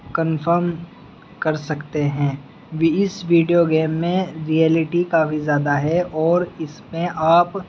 confirm کر سکتے ہیں وی اس ویڈیو گیم میں ریئلیٹی کافی زیادہ ہے اور اس میں آپ